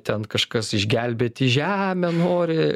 ten kažkas išgelbėti žemę nori